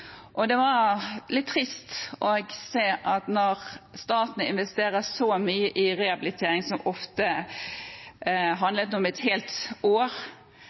Det var litt trist å se at staten, når de investerte så mye i rehabilitering, som ofte handlet om et helt år,